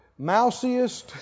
mousiest